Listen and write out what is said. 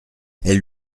elle